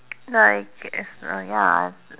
like it's a ya